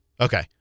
Okay